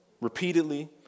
repeatedly